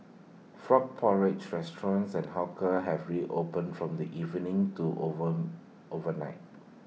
frog porridge restaurants and hawkers have reopened from evening to over over night